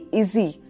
easy